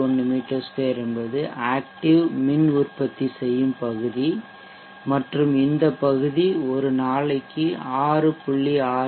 1 மீ 2 என்பது ஆக்டிவ் மின் உற்பத்தி செய்யும் பகுதி மற்றும் இந்த பகுதி ஒரு நாளைக்கு 6